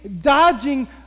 dodging